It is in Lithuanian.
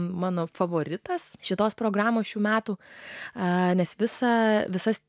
mano favoritas šitos programos šių metų a nes visą visas